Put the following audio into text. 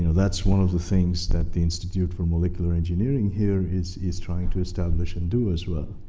that's one of the things that the institute for molecular engineering here is is trying to establish and do as well.